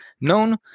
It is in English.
known